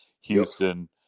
Houston